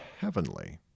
heavenly